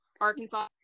Arkansas